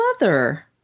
mother